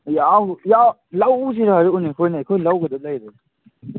ꯂꯧꯁꯤꯁꯨ ꯍꯥꯏꯔꯛꯎꯅꯦ ꯑꯩꯈꯣꯏꯅ ꯑꯩꯈꯣꯏ ꯂꯧꯒꯗꯕ ꯂꯩꯔꯦ